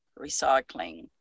Recycling